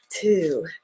two